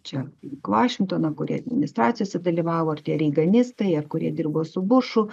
čia link vašingtono kurie administracijose dalyvavo ar tie reiganistai ar kurie dirbo su bušu